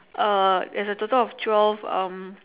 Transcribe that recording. uh there's a total of twelve um